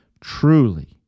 truly